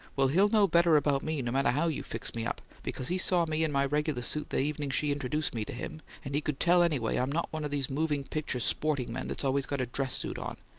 well, he'll know better about me, no matter how you fix me up, because he saw me in my regular suit the evening she introduced me to him, and he could tell anyway i'm not one of these moving-picture sporting-men that's always got a dress suit on.